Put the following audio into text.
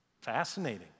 Fascinating